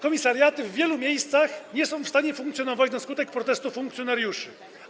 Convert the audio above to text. Komisariaty w wielu miejscach nie są w stanie funkcjonować na skutek protestu funkcjonariuszy.